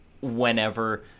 whenever